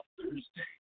Thursday